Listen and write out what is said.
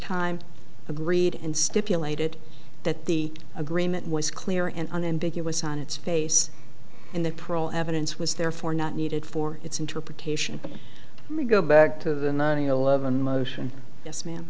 time agreed and stipulated that the agreement was clear and unambiguous on its face in the pro evidence was therefore not needed for its interpretation and we go back to the nine eleven motion yes ma'am